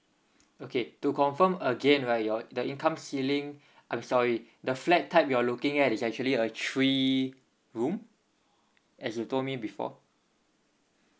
okay to confirm again right your the income ceiling I'm sorry the flat type you're looking at is actually a three room as you told me before